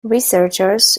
researchers